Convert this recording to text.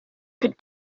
could